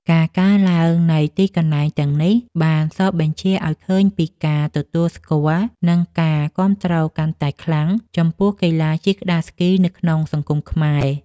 ការកើនឡើងនៃទីកន្លែងទាំងនេះ បានសបញ្ជាក់ឱ្យឃើញពីការទទួលស្គាល់ និងការគាំទ្រកាន់តែខ្លាំងចំពោះកីឡាជិះក្ដារស្គីនៅក្នុងសង្គមខ្មែរ។